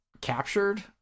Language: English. captured